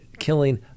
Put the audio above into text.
killing